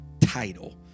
title